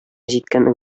җиткән